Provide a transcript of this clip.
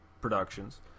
Productions